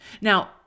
Now